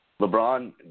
LeBron